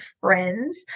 friends